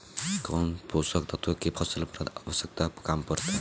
कौन पोषक तत्व के फसल पर आवशयक्ता कम पड़ता?